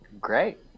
Great